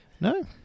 No